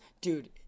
Dude